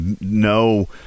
no